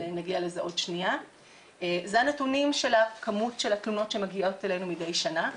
זה הנתונים של הכמות של התלונות שמגיעות אלינו מדי שנה.